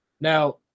now